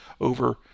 over